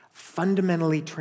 fundamentally